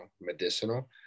medicinal